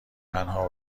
تنها